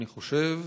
אני חושב